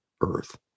earth